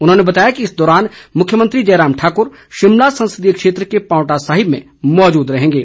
उन्होंने बताया कि इस दौरान मुख्यमंत्री जयराम ठाकुर शिमला संसदीय क्षेत्र के पांवटा साहिब में मौजूद रहेगें